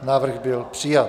Návrh byl přijat.